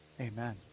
Amen